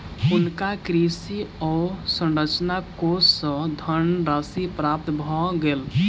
हुनका कृषि अवसंरचना कोष सँ धनराशि प्राप्त भ गेल